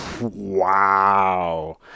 Wow